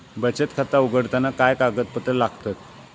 बचत खाता उघडताना काय कागदपत्रा लागतत?